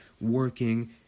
working